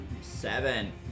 Seven